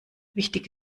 wichtig